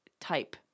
type